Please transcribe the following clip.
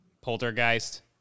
Poltergeist